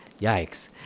Yikes